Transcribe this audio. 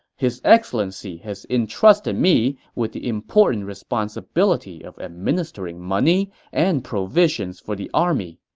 his excellency has entrusted me with the important responsibility of administering money and provisions for the army.